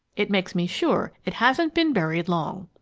it makes me sure it hasn't been buried long.